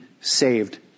saved